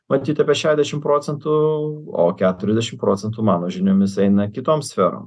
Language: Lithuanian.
matyt apie šedešim procentų o keturiasdešim procentų mano žiniomis eina kitoms sferom